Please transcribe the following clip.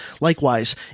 Likewise